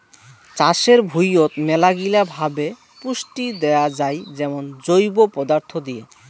চাষের ভুঁইয়ত মেলাগিলা ভাবে পুষ্টি দেয়া যাই যেমন জৈব পদার্থ দিয়ে